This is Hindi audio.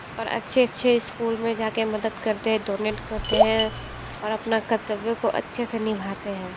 ओर अच्छे अच्छे इस्कूल में जाके मदद करते हैं डोनेट करते हैं और अपना कर्तव्यों को अच्छे से निभाते हैं